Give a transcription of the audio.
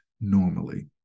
normally